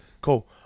cool